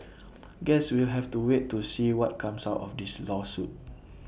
guess we'll have to wait to see what comes out of this lawsuit